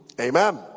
Amen